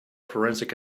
forensic